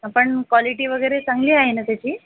पण क्वालिटी वगैरे चांगली आहे ना त्याची